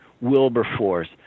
Wilberforce